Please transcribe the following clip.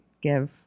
give